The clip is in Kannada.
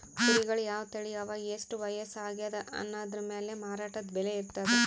ಕುರಿಗಳ್ ಯಾವ್ ತಳಿ ಅವಾ ಎಷ್ಟ್ ವಯಸ್ಸ್ ಆಗ್ಯಾದ್ ಅನದ್ರ್ ಮ್ಯಾಲ್ ಮಾರಾಟದ್ ಬೆಲೆ ಇರ್ತದ್